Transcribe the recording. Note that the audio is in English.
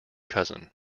cousin